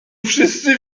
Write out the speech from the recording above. wszyscy